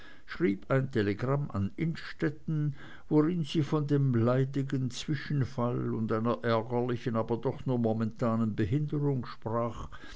schrieb ein telegramm an innstetten worin sie von dem leidigen zwischenfall und einer ärgerlichen aber doch nur momentanen behinderung sprach